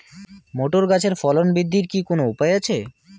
Motor গাছের ফলন বৃদ্ধির কি কোনো উপায় আছে?